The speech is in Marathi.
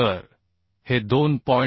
तर हे 2